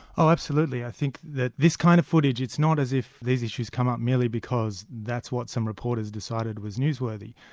oh, absolutely. i think that this kind of footage, it's not as if these issues come up merely because that's what some reporters decided was newsworthy.